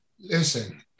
Listen